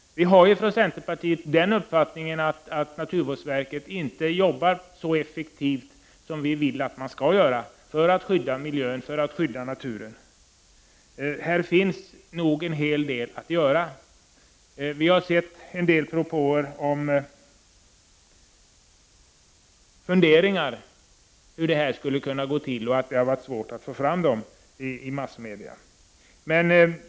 Vi har i centerpartiet uppfattningen att naturvårdsverket inte arbetar så effektivt som vi vill att man skall arbeta för att skydda miljön, naturen. Här finns nog en hel del att göra. Vi har sett propåer och funderingar om hur detta skulle kunna gå till och att det har varit svårt att få fram detta i massmedia.